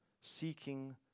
seeking